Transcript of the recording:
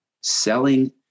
selling